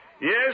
Yes